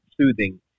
soothing